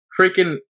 freaking